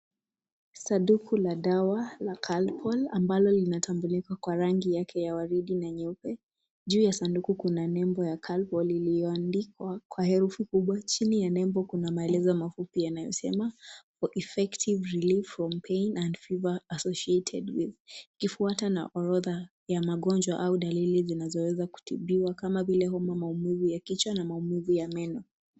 Sanduku la dawa la Calpol ambalo linatambulika kwa rangi yake ya waridi na nyeupe. Juu ya sanduku kuna nembo ya Calpol liliyoandikwa ka herufi kubwa. Chini ya nembo kuna maelezo mafupi yanayosema effective relief from pain and fever associated with ikifuatwa na orodha ya magonjwa au dalili zinazoweza kutibiwa kama vile homa, maumivu ya kichwa na maumivu ya meno.